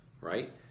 right